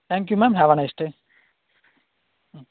thank you ma'am have a nice day ம்